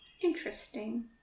Interesting